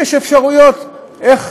יש אפשרויות איך,